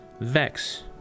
Vex